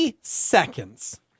seconds